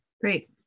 great